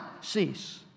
cease